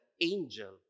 angel